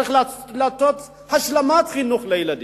שצריך לעשות השלמת חינוך לילדים?